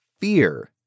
fear